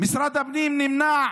משרד הפנים נמנע